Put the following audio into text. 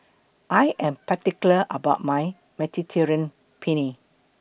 I Am particular about My Mediterranean Penne